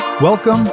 Welcome